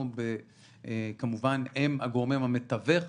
וכמובן הם הגורם המתווך.